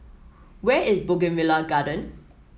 where is Bougainvillea Garden